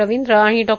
रवींद्र आणि डॉ